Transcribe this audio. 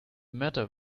matter